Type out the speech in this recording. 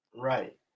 Right